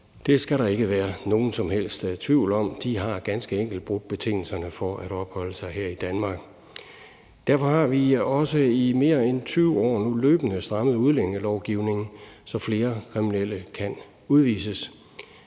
Det skal der ikke være nogen som helst tvivl om. De har ganske enkelt brudt betingelserne for at opholde sig her i Danmark. Derfor har vi også i mere end 20 år nu løbende strammet udlændingelovgivningen, så flere kriminelle kan udvises.